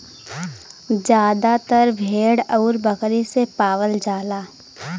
जादातर भेड़ आउर बकरी से पावल जाला